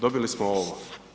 Dobili smo ovo.